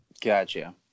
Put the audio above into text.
Gotcha